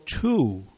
two